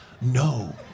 no